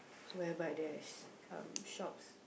whereby there's um shops